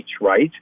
right